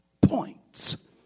points